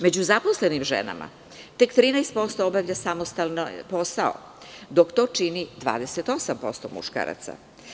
Među zaposlenim ženama tek 13% obavlja samostalno posao, dok to čini 28% muškaraca.